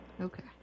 Okay